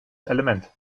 element